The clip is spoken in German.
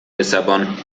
lissabon